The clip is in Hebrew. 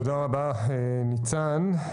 תודה רבה, ניצן.